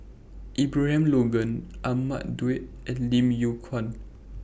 Abraham Logan Ahmad Daud and Lim Yew Kuan